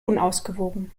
unausgewogen